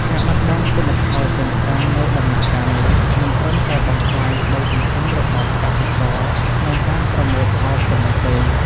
ការបាត់បង់ទិន្នផលទាំងស្រុងនៅដំណាក់កាលនេះ មិនត្រឹមតែបំផ្លាញក្តីសង្ឃឹមរបស់កសិករក្នុងការប្រមូលផលប៉ុណ្ណោះទេ។